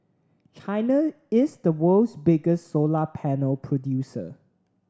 China is the world's biggest solar panel producer